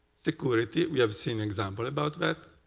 security. we have seen examples about that.